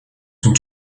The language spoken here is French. sont